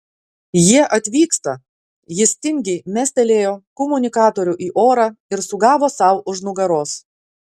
jie atvyksta jis tingiai mestelėjo komunikatorių į orą ir sugavo sau už nugaros